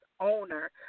owner